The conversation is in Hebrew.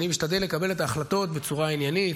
אני משתדל לקבל את ההחלטות בצורה עניינית